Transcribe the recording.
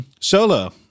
solo